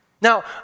Now